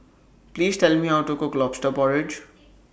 Please Tell Me How to Cook Lobster Porridge